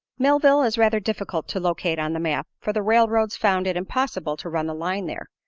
millville is rather difficult to locate on the map, for the railroads found it impossible to run a line there,